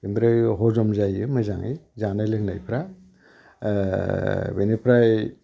बेनिफ्राय हजम जायो मोजाङै जानाय लोंनायफ्राय बेनिफ्राय